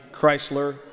Chrysler